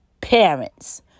parents